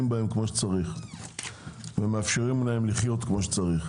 בהם כמו שצריך ומאפשרים להם לחיות כמו שצריך.